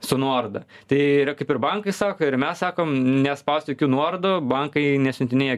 su nuoroda tai yra kaip ir bankai sako ir mes sakom nespaust jokių nuorodų bankai nesiuntinėja